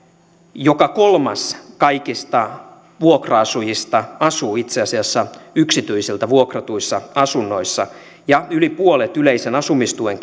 joka kolmas kaikista vuokra asujista asuu itse asiassa yksityisiltä vuokratuissa asunnoissa ja yli puolet yleisen asumistuen